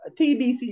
TBC